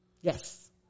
Yes